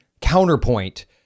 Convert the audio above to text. counterpoint